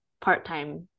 part-time